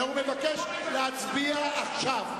אלא הוא מבקש להצביע עכשיו.